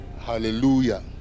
hallelujah